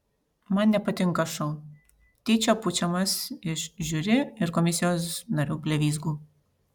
man nepatinka šou tyčia pučiamas iš žiuri ir komisijos narių blevyzgų